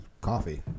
coffee